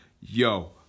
yo